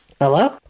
Hello